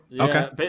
Okay